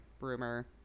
rumor